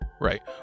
Right